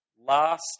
last